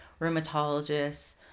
rheumatologists